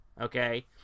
okay